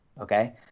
Okay